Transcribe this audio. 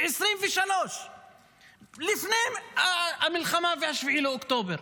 לפני המלחמה ב-7 באוקטובר.